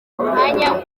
mwanya